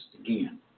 again